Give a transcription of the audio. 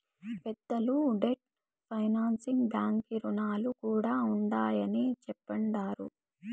పెద్దలు debt financing బాంకీ రుణాలు కూడా ఉండాయని చెప్తండారు